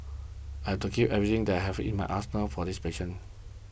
I had to give everything that I have in my arsenal for these patients